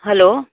hello